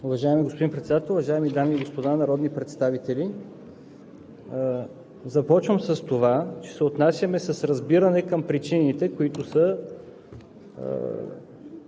Уважаеми господин Председател, уважаеми дами и господа народни представители! Започвам с това, че се отнасяме с разбиране към причините, които са